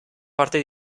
parte